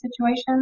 situation